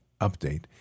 Update